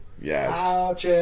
Yes